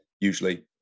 usually